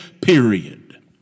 period